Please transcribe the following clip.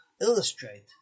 illustrate